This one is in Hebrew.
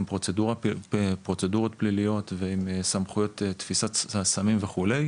עם פרוצדורות פליליות ועם סמכויות תפיסת הסמים וכו'.